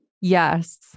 Yes